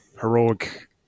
Heroic